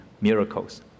miracles